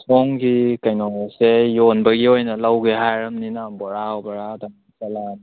ꯁꯣꯝꯒꯤ ꯀꯩꯅꯣꯁꯦ ꯌꯣꯟꯕꯒꯤ ꯑꯣꯏꯅ ꯂꯧꯒꯦ ꯍꯥꯏꯔꯝꯅꯤꯅ ꯕꯣꯔ ꯕꯣꯔꯗ ꯑꯣꯏꯅ ꯆꯠꯂꯛꯑꯅꯤ